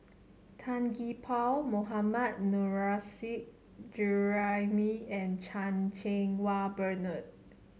Tan Gee Paw Mohammad Nurrasyid Juraimi and Chan Cheng Wah Bernard